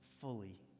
fully